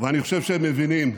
ואני חושב שהם מבינים: